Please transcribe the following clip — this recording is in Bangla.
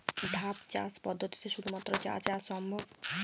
ধাপ চাষ পদ্ধতিতে শুধুমাত্র চা চাষ সম্ভব?